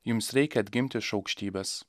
jums reikia atgimti iš aukštybės